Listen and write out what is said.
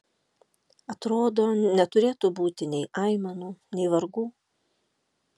atrodo neturėtų būti nei aimanų nei vargų